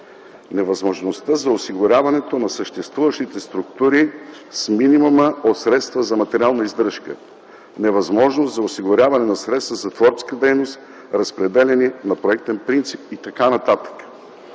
невъзможността за осигуряването на съществуващите структури с минимума от средства за материална издръжка; невъзможност за осигуряване на средства за творческа дейност, разпределени на проектен принцип и така нататък.